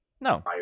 no